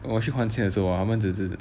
我去还钱的时候 hor 他们只是